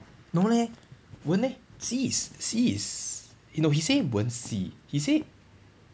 no leh won't eh C is C is no he say won't C he say